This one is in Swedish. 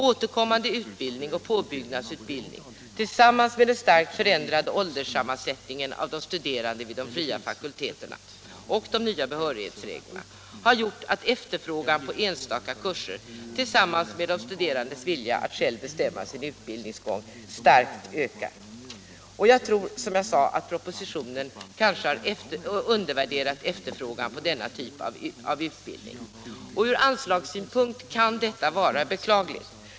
Återkommande utbildning och påbyggnadsutbildning, den starkt förändrade ålderssammansättningen av de studerande vid de fria fakulteterna samt de nya behörighetsreglerna har gjort att efterfrågan på enstaka kurser — tillsammans med de studerandes vilja att själva bestämma sin utbildning — starkt ökar. Jag tror, som jag sade, att propositionen kanske har undervärderat efterfrågan på denna typ av utbildning. Från anslagssynpunkt kan detta vara beklagligt.